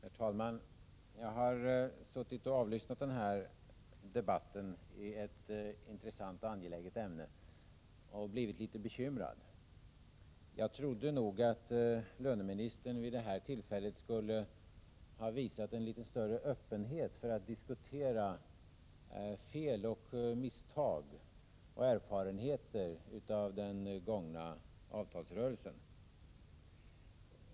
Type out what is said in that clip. Herr talman! Jag har suttit och avlyssnat denna debatt som rör ett intressant och angeläget ämne och blivit litet bekymrad. Jag trodde att löneministern vid det här tillfället skulle visa en litet större öppenhet för att diskutera misstag och erfarenheter som gjordes under den gångna avtalsrörelsen.